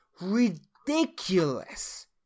ridiculous